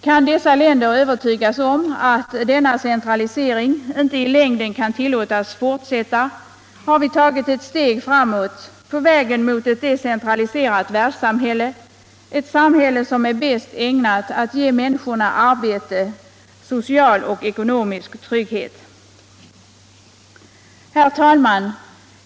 Kan dessa länder övertygas om att denna centralisering inte i längden kan tillåtas fortsätta har vi tagit ett steg framåt på vägen mot et decentraliserat världssamhälle —- ett samhälle som är bäst ägnat att ge människorna arbete samt social och ekonomisk trygghet. Herr talman!